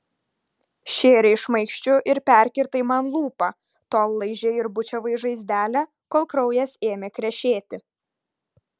šėrei šmaikščiu ir perkirtai man lūpą tol laižei ir bučiavai žaizdelę kol kraujas ėmė krešėti